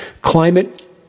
climate